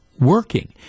working